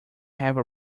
have